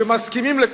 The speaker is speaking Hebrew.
שמסכימים לתפיסתי,